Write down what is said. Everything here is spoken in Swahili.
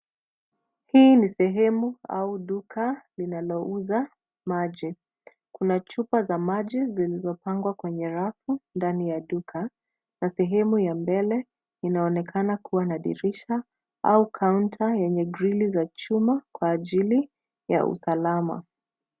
Hii ni sehemu au duka linalouza maji. Kuna chupa za maji, zilizopangwa kwenye rafu ndani ya duka, na sehemu ya mbele, inaonekana kuwa na dirisha, au counter , yenye grili za chuma, kwa ajili ya usalama.